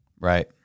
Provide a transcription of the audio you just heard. Right